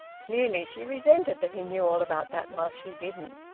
clearly she resented that he knew all about that while she didn't.